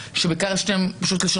אז איזה מין הסכמות אלה?